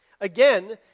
again